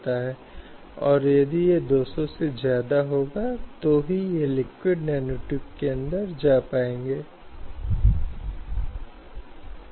वे लाखों लोगों को एक बेहतर काम करने की जगह प्रदान करना चाहते हैं जो अपने अधिकारों और हितों की रक्षा करते हुए नौकरियों में हैं